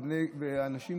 אנשים